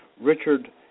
Richard